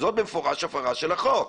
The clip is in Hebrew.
זאת במפורש הפרה של החוק.